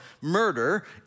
murder